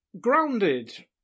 Grounded